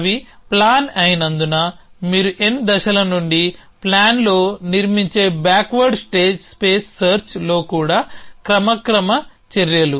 అవి ప్లాన్ అయినందున మీరు n దశల నుండి ప్లాన్లో నిర్మించే బ్యాక్వర్డ్ స్టేజ్ స్పేస్ సెర్చ్లో కూడా క్రమక్రమ చర్యలు